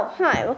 hi